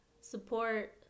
support